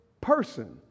person